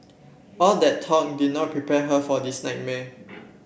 all that talk did not prepare her for this nightmare